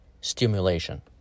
stimulation